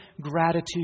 gratitude